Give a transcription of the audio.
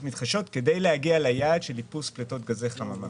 מתחדשות כדי להגיע ליעד של איפוס פליטות גזי חממה.